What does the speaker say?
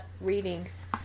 readings